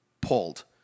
pulled